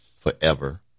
forever